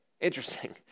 Interesting